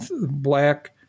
black